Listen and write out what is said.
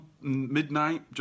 midnight